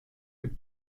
mit